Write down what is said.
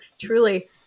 truly